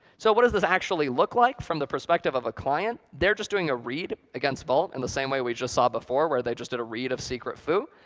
so what does this actually look like from the perspective of a client? they're just doing a read against vault in and the same way we just saw before where they just did a read of secret foo.